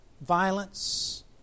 violence